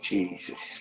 Jesus